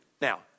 Now